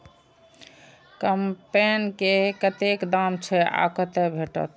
कम्पेन के कतेक दाम छै आ कतय भेटत?